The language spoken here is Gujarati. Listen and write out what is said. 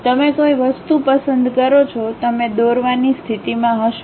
તમે કોઈ વસ્તુ પસંદ કરો છો તમે દોરવાની સ્થિતિમાં હશો